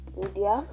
media